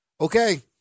Okay